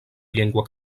llengua